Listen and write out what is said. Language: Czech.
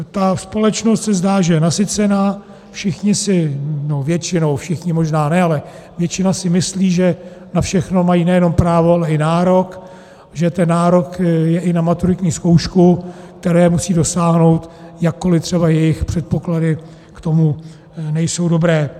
Ta společnost se zdá, že je nasycena, všichni si většinou, všichni možná ne, ale většina si myslí, že na všechno mají nejenom právo, ale i nárok, že ten nárok je i na maturitní zkoušku, které musí dosáhnout, jakkoliv třeba jejich předpoklady k tomu nejsou dobré.